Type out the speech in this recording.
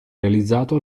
realizzato